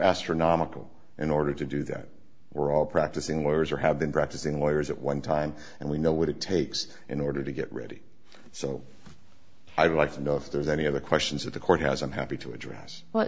astronomical in order to do that we're all practicing lawyers or have been practicing lawyer is at one time and we know what it takes in order to get ready so i'd like to know if there's any other questions that the court has i'm happy to address